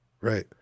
Right